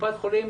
קופת חולים